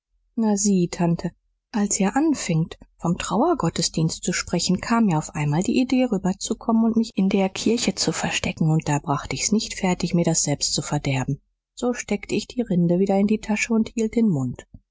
na sieh tante als ihr anfingt vom trauergottesdienst zu sprechen kam mir auf einmal die idee rüber zu kommen und mich in der kirche zu verstecken und da bracht ich's nicht fertig mir das selbst zu verderben so steckt ich die rinde wieder in die tasche und hielt den mund